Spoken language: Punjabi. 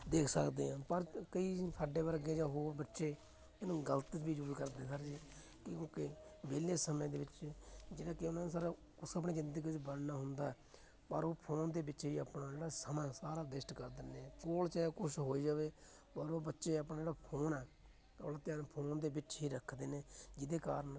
ਦੇਖ ਸਕਦੇ ਹਾਂ ਪਰ ਕਈ ਸਾਡੇ ਵਰਗੇ ਜਾਂ ਹੋਰ ਬੱਚੇ ਇਹਨੂੰ ਗਲਤ ਵੀ ਯੂਜ਼ ਕਰਦੇ ਸਰ ਜੀ ਕਿਉਂਕਿ ਵਿਹਲੇ ਸਮੇਂ ਦੇ ਵਿੱਚ ਜਿਹੜਾ ਕਿ ਉਹਨਾਂ ਨੂੰ ਸਰ ਕੁਛ ਆਪਣੀ ਜ਼ਿੰਦਗੀ ਵਿੱਚ ਬਣਨਾ ਹੁੰਦਾ ਪਰ ਉਹ ਫੋਨ ਦੇ ਵਿੱਚ ਹੀ ਆਪਣਾ ਜਿਹੜਾ ਸਮਾਂ ਸਾਰਾ ਵੇਸਟ ਕਰ ਦਿੰਦੇ ਆ ਕੋਲ ਚਾਹੇ ਕੁਛ ਹੋਈ ਜਾਵੇ ਪਰ ਉਹ ਬੱਚੇ ਆਪਣਾ ਜਿਹੜਾ ਫੋਨ ਹੈ ਆਪਣਾ ਧਿਆਨ ਫੋਨ ਦੇ ਵਿੱਚ ਹੀ ਰੱਖਦੇ ਨੇ ਜਿਹਦੇ ਕਾਰਨ